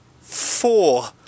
four